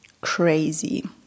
Crazy